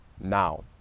Now